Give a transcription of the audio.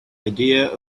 idea